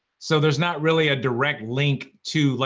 so there's not really a direct link to, like,